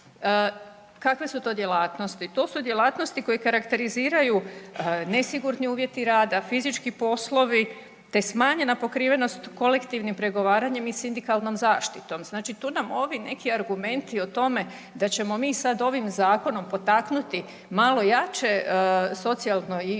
Kakve su to djelatnosti? To su djelatnosti koje karakteriziraju nesigurni uvjeti rada, fizički poslovi te smanjena pokrivenost kolektivnim pregovaranjem i sindikalnom zaštitom. Znači tu nam ovi neki argumenti o tome da ćemo mi sad ovim zakonom potaknuti malo jače socijalno i